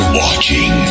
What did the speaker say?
watching